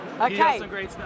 Okay